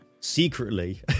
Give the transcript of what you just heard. Secretly